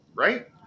Right